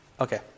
Okay